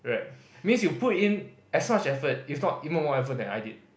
right means he put in as much effort if not even more effort than I did